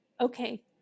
okay